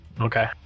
Okay